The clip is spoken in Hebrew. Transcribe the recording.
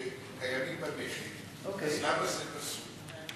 במה הדברים אמורים,